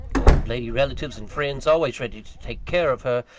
old lady relatives and friends, always ready to take care of her,